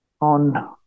on